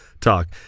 talk